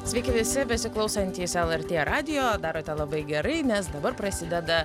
sveiki visi besiklausantys lrt radijo darote labai gerai nes dabar prasideda